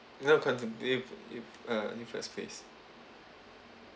no conti~ if if uh if a space